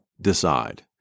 decide